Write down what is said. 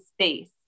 space